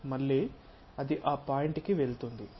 మళ్ళీ అది ఆ పాయింట్ కి వెళుతుంది